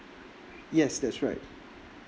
yes that's right